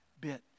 bit